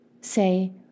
say